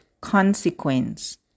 consequence